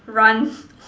run